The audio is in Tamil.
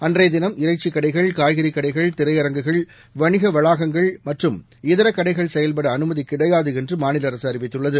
அன்றைய தினம் இறைச்சிக் கடைகள் காய்கறிக் கடைகள் திரையரங்குகள் வணிக வளாகங்கள் மற்றும் இதர கடைகள் செயல்பட அனுமதி கிடையாது என்று மாநில அரசு அறிவித்துள்ளது